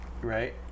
right